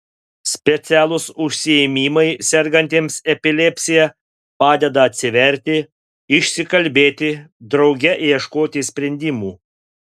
specialūs užsiėmimai sergantiems epilepsija padeda atsiverti išsikalbėti drauge ieškoti sprendimų